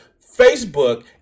Facebook